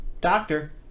doctor